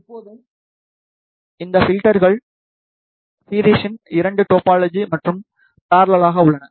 இப்போது இந்த பில்டர்கள் சீரீஸின் 2 டோபோலஜி மற்றும் பெரலல்லாக உள்ளன